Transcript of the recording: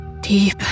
Deep